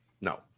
No